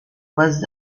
was